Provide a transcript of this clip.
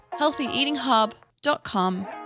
healthyeatinghub.com